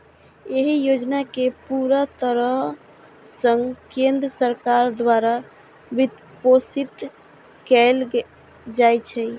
एहि योजना कें पूरा तरह सं केंद्र सरकार द्वारा वित्तपोषित कैल जाइ छै